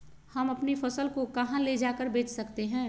हम अपनी फसल को कहां ले जाकर बेच सकते हैं?